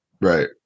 Right